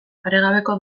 paregabeko